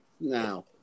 now